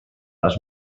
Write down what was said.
les